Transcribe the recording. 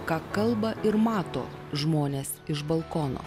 ką kalba ir mato žmonės iš balkono